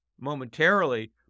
momentarily